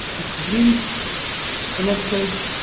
is grid connected,